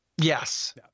Yes